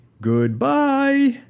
goodbye